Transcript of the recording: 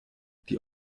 die